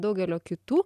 daugelio kitų